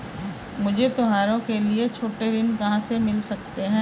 मुझे त्योहारों के लिए छोटे ऋण कहां से मिल सकते हैं?